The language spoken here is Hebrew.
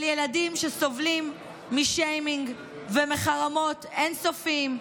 של ילדים שסובלים משיימינג ומחרמות אין-סופיים,